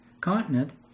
continent